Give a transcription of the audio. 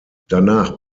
danach